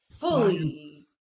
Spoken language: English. Holy